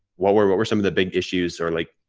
what were what were some of the big issues or like,